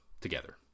together